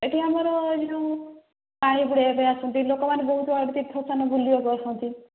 ଏଠି ଆମର ଯେଉଁ ପାଣି ବୁଡ଼ାଇବା ପାଇଁ ଆସୁଛନ୍ତି ଲୋକମାନେ ବହୁତ ତୀର୍ଥ ସ୍ଥାନ ବୁଲିବାକୁ ଆସନ୍ତି